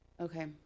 Okay